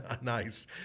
nice